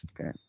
Okay